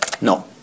No